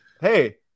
Hey